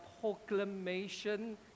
proclamation